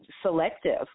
selective